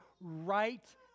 right